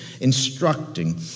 instructing